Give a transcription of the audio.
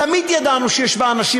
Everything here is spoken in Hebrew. תמיד ידענו שיש בה אנשים,